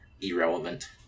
irrelevant